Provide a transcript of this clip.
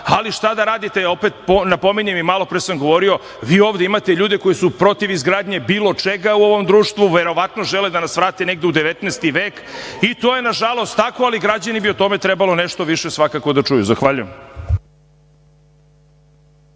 ali šta da radite, opet napominjem i malopre sam govorio, vi ovde imate ljude koji su protiv izgradnje bilo čega u ovom društvu, verovatno žele da nas vrate negde u 19. vek i to je nažalost tako, ali građani bi o tome trebalo nešto više svakako da čuju. Zahvaljujem.